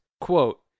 quote